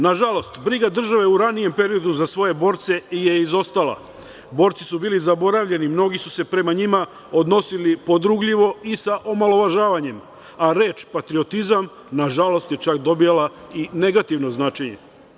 Nažalost, briga države, u ranijem periodu za svoje borce je izostala, borci su bili zaboravljeni, mnogi su se prema njima odnosili podrugljivo i sa omalovažavanjem, a reč patriotizam, nažalost je čak dobijala i negativno značenje.